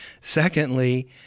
Secondly